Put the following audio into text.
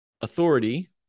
authority